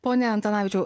pone antanavičiau